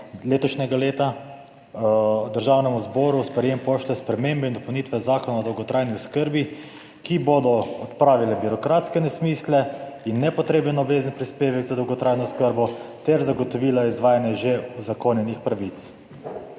letošnjega leta državnemu zboru v sprejem pošlje spremembe in dopolnitve Zakona o dolgotrajni oskrbi, ki bodo odpravile birokratske nesmisle in nepotreben obvezen prispevek za dolgotrajno oskrbo ter zagotovila izvajanje že uzakonjenih pravic.